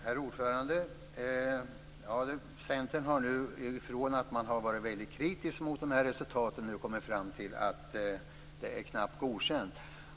Herr talman! Centern har nu, från att ha varit mycket kritisk mot resultaten kommit fram till att det är knappt godkänt.